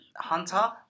Hunter